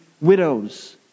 widows